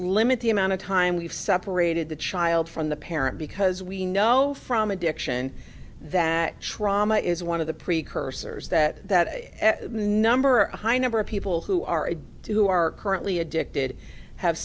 limit the amount of time we've separated the child from the parent because we know from addiction that trauma is one of the precursors that that number a high number of people who are it who are currently addicted have